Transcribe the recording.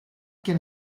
can